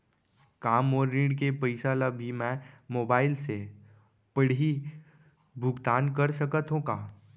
का मोर ऋण के पइसा ल भी मैं मोबाइल से पड़ही भुगतान कर सकत हो का?